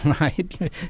right